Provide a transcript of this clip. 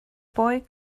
boy